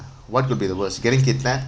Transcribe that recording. what will be the worst getting kidnapped